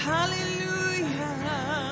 Hallelujah